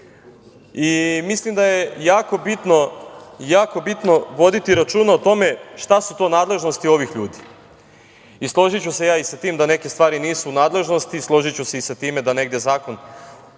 nije. Mislim da je jako bitno voditi računa o tome šta su to nadležnosti ovih ljudi. Složiću se ja i sa tim da neke stvari nisu u nadležnosti i složiću se i sa time da negde zakon